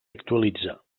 actualitza